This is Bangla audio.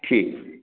ঠিক